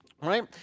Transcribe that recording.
right